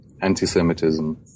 anti-Semitism